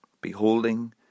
beholding